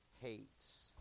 hates